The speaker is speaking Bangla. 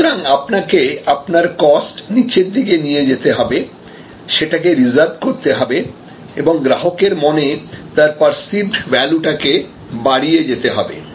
সুতরাং আপনাকে আপনার কস্ট নিচের দিকে নিয়ে যেতে হবে সেটাকে রিসার্ভ করতে হবে এবং গ্রাহকের মনে তার পার্সিভড ভ্যালুটাকে বাড়িয়ে যেতে হবে